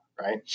right